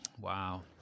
Wow